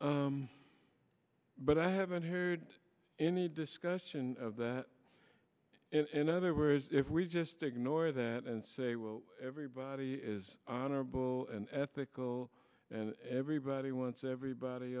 voting but i haven't heard any discussion of that in other words if we just ignore that and say well everybody is honorable and ethical and everybody wants everybody